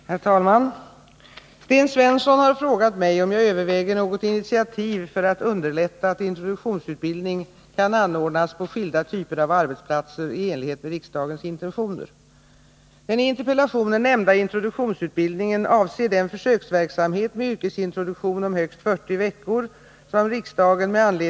Herr talman! Sten Svensson har frågat mig om jag överväger något initiativ för att underlätta att introduktionsutbildning kan anordnas på skilda typer av arbetsplatser i enlighet med riksdagens intentioner.